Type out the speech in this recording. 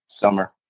Summer